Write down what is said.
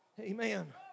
Amen